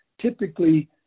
typically